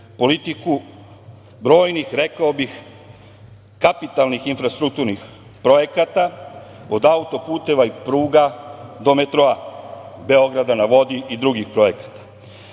politiku brojnih, rekao bih, kapitalnih infrastrukturnih projekata, od auto-puteva i pruga, do metroa, „Beograda na vodi“ i drugih projekata.